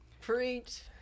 Preach